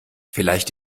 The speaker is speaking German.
vielleicht